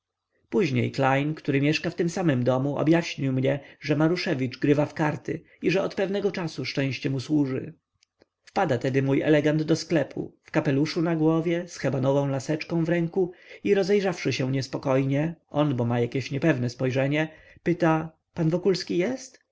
później klein który mieszka w tym samym domu objaśnił mnie że maruszewicz grywa w karty i że od pewnego czasu szczęście mu służy wpada tedy mój elegant do sklepu w kapeluszu na głowie z hebanową laseczką w ręku i rozejrzawszy się niespokojnie on bo ma jakieś niepewne spojrzenie pyta pan wokulski jest